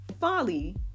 folly